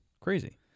crazy